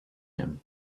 him